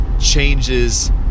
Changes